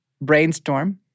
Brainstorm